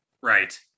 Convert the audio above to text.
Right